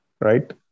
right